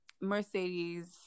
Mercedes